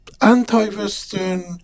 anti-Western